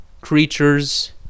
creatures